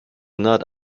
not